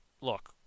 look